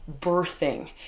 birthing